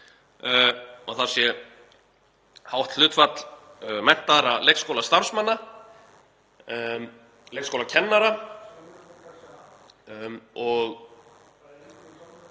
og þar sé hátt hlutfall menntaðra leikskólastarfsmanna, leikskólakennara og